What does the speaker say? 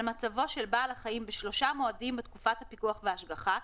מצבו של בעל החיים בשלושה מועדים בתקופת הפיקוח וההשגחה,